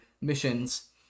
missions